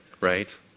right